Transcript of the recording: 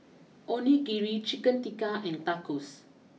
Onigiri Chicken Tikka and Tacos